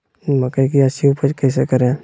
मकई की अच्छी उपज कैसे करे?